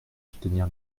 soutenir